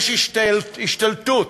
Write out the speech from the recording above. יש השתלטות